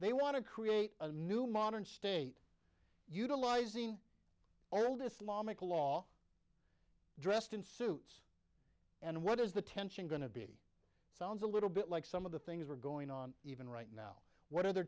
they want to create a new modern state utilizing all this law make a law dressed in suits and what is the tension going to be it sounds a little bit like some of the things are going on even right now what